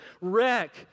wreck